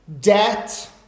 debt